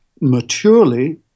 maturely